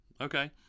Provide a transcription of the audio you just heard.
Okay